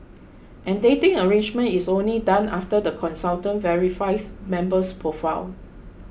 and dating arrangement is only done after the consultant verifies member's profile